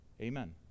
Amen